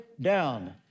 down